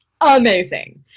amazing